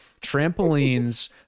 trampolines